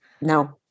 no